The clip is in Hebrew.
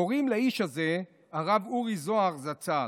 קוראים לאיש הזה הרב אורי זוהר זצ"ל.